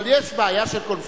אבל יש בעיה של קונפליקט,